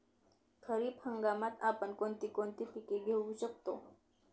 खरीप हंगामात आपण कोणती कोणती पीक घेऊ शकतो?